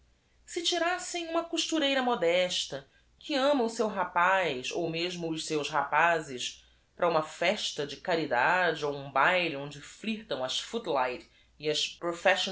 tirassem u m a costureira modesta que ama o seu rapaz ou mesmo os seus rapazes a r a u m a festa de caridade ou um b a i l e onde flirtaru as fjkt e as